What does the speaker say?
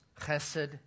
chesed